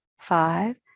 five